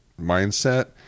mindset